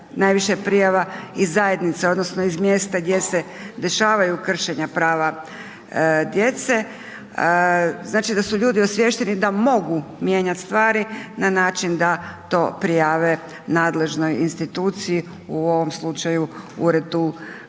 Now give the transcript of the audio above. naviše je prijava i zajednica odnosno iz mjesta gdje se dešavaju kršenja prava djece, znači da su ljudi osviješteni da mogu mijenjati stvari na način da to prijave nadležnoj instituciji u ovom slučaju Uredu